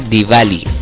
Diwali